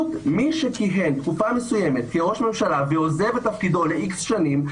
מי שכיהן תקופה מסוימת כראש ממשלה ועוזב את תפקידו ל-X שנים,